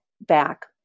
back